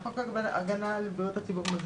חוק הגנה על בריאות הציבור (מזון).